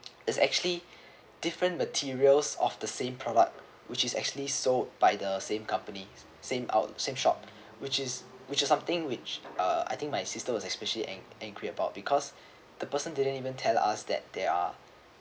is actually different materials of the same product which is actually sold by the same company same out same shop which is which is something which uh I think my sister was especially angry about because the person didn't even tell us that there are